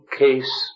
case